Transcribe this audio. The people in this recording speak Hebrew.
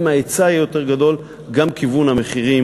אם ההיצע יהיה יותר גדול גם כיוון המחירים